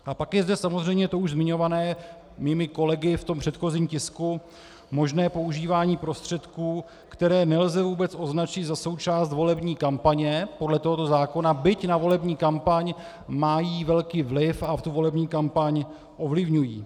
A pak je zde samozřejmě to už mými kolegy v předchozím tisku zmiňované možné používání prostředků, které nelze vůbec označit za součást volební kampaně podle tohoto zákona, byť na volební kampaň mají velký vliv a tu volební kampaň ovlivňují.